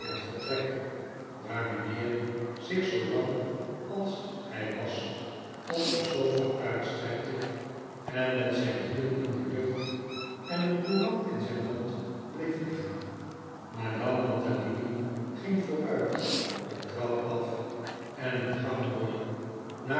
vertrek waar mijnheer zich zoo lang als hij was op een sofa uitstrekte en met zijn hielen in de lucht en een courant in zijn hand bleef liggen madame mantalini ging vooruit een trap af en een gang door